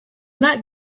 not